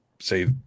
say